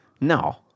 No